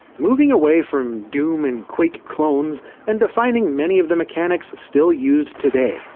moving away from doom and quake clones and defining many of the mechanics still used today.